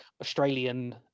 australian